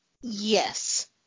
Yes